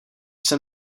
jsem